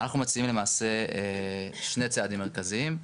אנחנו מציעים למעשה שני צעדים מרכזיים.